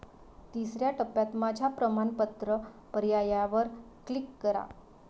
तिसर्या टप्प्यात माझ्या प्रमाणपत्र पर्यायावर क्लिक करा